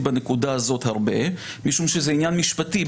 בנקודה הזאת הרבה משום שזה עניין משפטי,